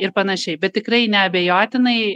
ir panašiai bet tikrai neabejotinai